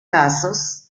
casos